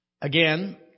again